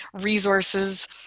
resources